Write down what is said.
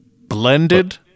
Blended